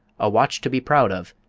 a watch to be proud of,